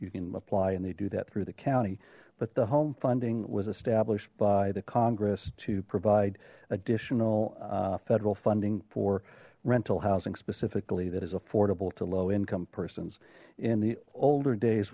you can apply and they do that through the county but the home funding was established the congress to provide additional federal funding for rental housing specifically that is affordable to low income persons in the older days